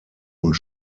und